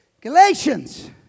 Galatians